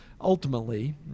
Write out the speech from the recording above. ultimately